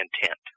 intent